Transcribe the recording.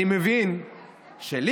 אני מבין שלי